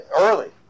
early